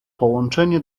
połączenie